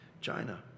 China